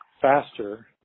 faster